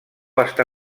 està